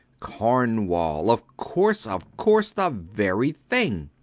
cornwall! of course, of course. the very thing!